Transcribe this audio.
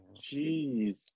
Jeez